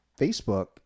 Facebook